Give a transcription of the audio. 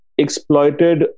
exploited